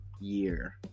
year